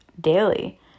daily